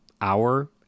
hour